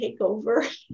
takeover